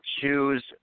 choose